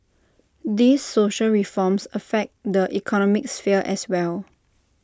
these social reforms affect the economic sphere as well